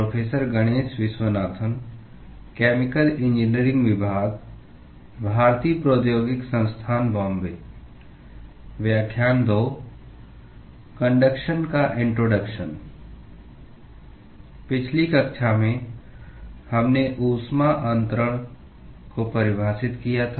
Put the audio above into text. पिछली कक्षा में हमने ऊष्मा अंतरण को परिभाषित किया था